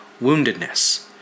woundedness